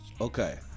Okay